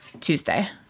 tuesday